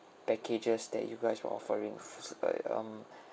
packages that you guys were offering it's like um